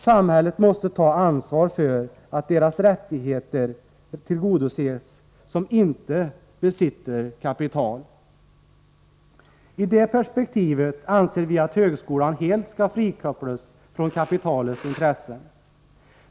Samhället måste ta ansvar för att de som inte besitter kapital får sina rättigheter tillgodosedda. I det perspektivet anser vi att högskolan helt skall frikopplas från kapitalets intressen.